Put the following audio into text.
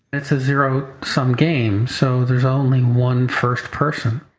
it's a zero sum game, so there's only one first person,